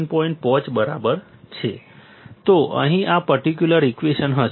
5 બરાબર છે તો અહીં આ પર્ટિક્યુલર ઈક્વેશન હશે